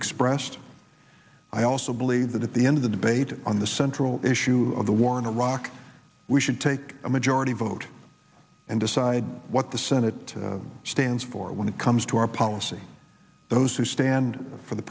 expressed i also believe that at the end of the debate on the central issue of the war in iraq we should take a majority vote and decide what the senate stands for when it comes to our policy those who stand for the